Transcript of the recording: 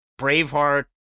Braveheart